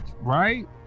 right